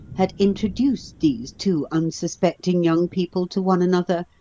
had introduced these two unsuspecting young people to one another,